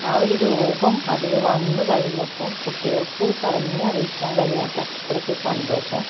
ആ ഒരു രൂപം അതില് വന്ന് കഴിഞ്ഞപ്പോൾ കുട്ടികൾക്ക് പറഞ്ഞറിയിക്കാൻ കഴിയാത്തത്രയ്ക്ക് സന്തോഷം